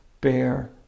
bear